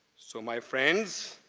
so my friends,